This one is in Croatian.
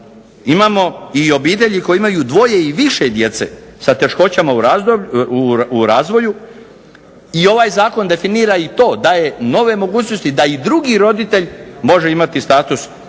imamo i obitelji koji imaju dvoje i više djece sa teškoćama u razvoju i ovaj zakon definira i to daje nove mogućnosti da i drugi roditelj može imati status roditelja